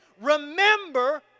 remember